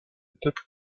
peuple